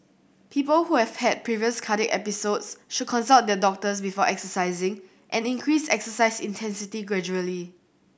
people who have had previous cardiac episodes should consult their doctors before exercising and increase exercise intensity gradually